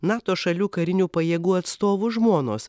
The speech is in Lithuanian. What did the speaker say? nato šalių karinių pajėgų atstovų žmonos